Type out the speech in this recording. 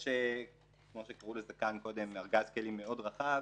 יש ארגז כלים מאוד רחב.